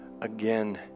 again